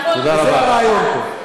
זה הרעיון פה.